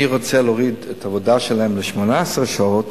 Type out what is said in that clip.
רוצה להוריד את העבודה שלהם ל-18 שעות,